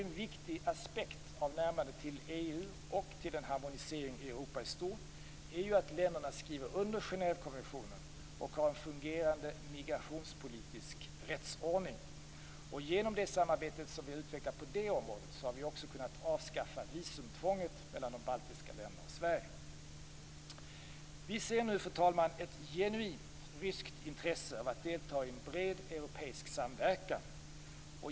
En viktig aspekt av närmandet till EU och till en harmonisering av Europa i stort är ju att länderna skriver under Genèvekonventionen och att de har en fungerande migrationspolitisk rättsordning. Genom det samarbete som vi har utvecklat på det området har vi också kunnat avskaffa visumtvånget mellan de baltiska länderna och Sverige. Fru talman! Vi ser nu ett genuint ryskt intresse av att delta i en bred europeisk samverkan.